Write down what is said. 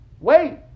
Wait